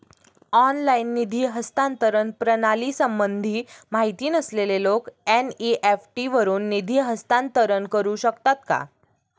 Online निधी हस्तांतरण प्रणालीसंबंधी माहिती नसलेले लोक एन.इ.एफ.टी वरून निधी हस्तांतरण करू शकतात का?